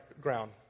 ground